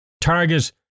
target